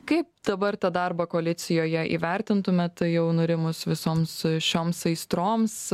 kaip dabar tą darbą koalicijoje įvertintumėt jau nurimus visoms šioms aistroms